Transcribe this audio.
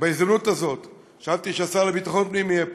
בהזדמנות הזאת חשבתי שהשר לביטחון פנים יהיה פה.